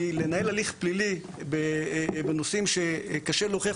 כי לנהל הליך פלילי בנושאים שקשה להוכיח